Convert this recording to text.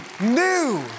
new